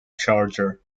charger